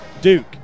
Duke